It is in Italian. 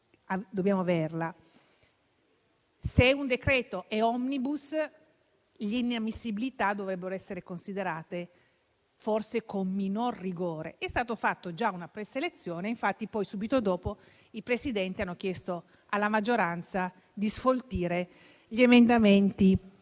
dobbiamo averla; se un decreto è *omnibus*, le inammissibilità dovrebbero essere considerate forse con minor rigore. È stata fatta già una preselezione, infatti poi, subito dopo, i Presidenti hanno chiesto alla maggioranza di sfoltire gli emendamenti